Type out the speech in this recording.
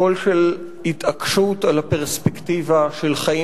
קול של התעקשות על הפרספקטיבה של חיים